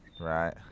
right